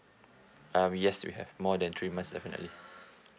um yes we have more than three months definitely